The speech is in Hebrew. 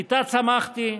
איתה צמחתי,